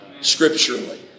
scripturally